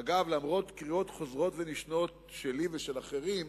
אגב, למרות קריאות חוזרות ונשנות שלי ושל אחרים,